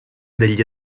degli